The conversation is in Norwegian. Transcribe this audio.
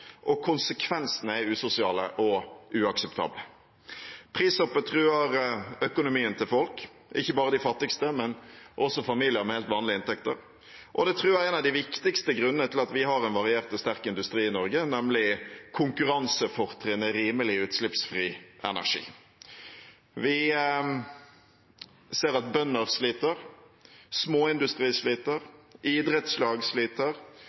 og konsekvensene er usosiale og uakseptable. Prishoppet truer økonomien til folk, ikke bare de fattigste, men også familier med helt vanlige inntekter, og det truer en av de viktigste grunnene til at vi har en variert og sterk industri i Norge, nemlig konkurransefortrinnet rimelig, utslippsfri energi. Vi ser at bønder sliter,